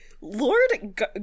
lord